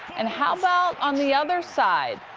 and how about on the other side?